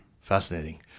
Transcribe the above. Fascinating